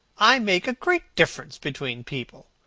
i make a great difference between people.